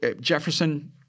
Jefferson